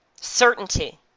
certainty